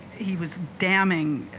he was damming